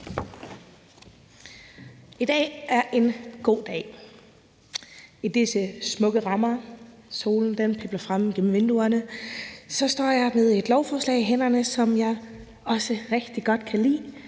I dag er en god dag. I disse smukke rammer, hvor solen pibler ind igennem vinduerne, står jeg med et lovforslag i hænderne, som jeg også rigtig godt kan lide.